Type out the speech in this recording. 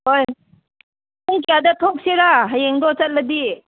ꯍꯣꯏ ꯄꯨꯡ ꯀꯌꯥꯗ ꯊꯣꯛꯁꯤꯔ ꯍꯌꯦꯡꯗꯣ ꯆꯠꯂꯗꯤ